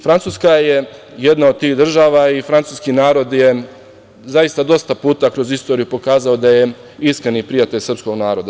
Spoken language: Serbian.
Francuska je jedna od tih država i francuski narod je dosta puta kroz istoriju pokazao da je iskreni prijatelj srpskog naroda.